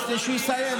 כשהוא יסיים,